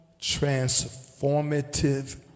transformative